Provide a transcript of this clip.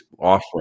offering